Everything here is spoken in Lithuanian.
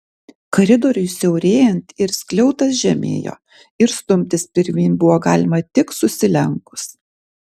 koridoriui siaurėjant ir skliautas žemėjo ir stumtis pirmyn buvo galima tik susilenkus